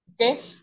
Okay